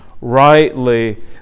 rightly